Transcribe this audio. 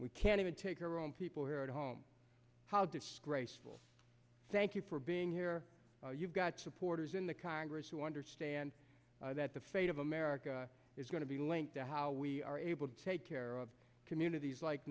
we can't even take our own people here at home how disgraceful thank you for being here you've got supporters in the congress who understand that the fate of america is going to be linked to how we are able to take care of communities like